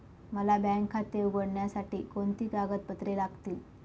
मला बँक खाते उघडण्यासाठी कोणती कागदपत्रे लागतील?